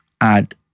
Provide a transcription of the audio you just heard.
add